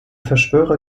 verschwörer